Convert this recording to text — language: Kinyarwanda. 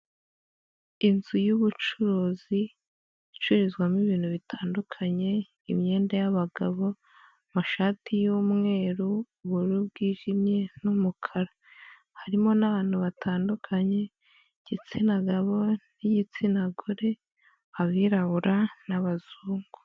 Inzu y'ubucuruzi icururizwamo ibintu bitandukanye, imyenda y'abagabo, amashati y'umweru, ubururu bwijimye n'umukara. Harimo n'abantu batandukanye igitsina gabo n'igitsina gore, abirabura n'abazungu.